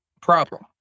problem